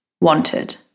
wanted